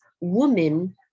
Woman